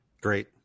Great